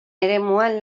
eremuan